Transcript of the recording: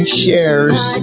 shares